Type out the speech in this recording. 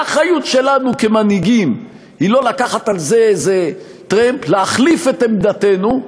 האחריות שלנו כמנהיגים היא לא לקחת על זה איזה טרמפ להחליף את עמדתנו,